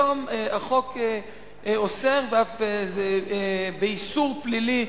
היום החוק אוסר, ואף באיסור פלילי,